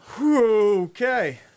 Okay